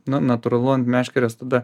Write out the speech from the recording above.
na natūralu ant meškerės tada